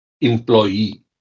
Employee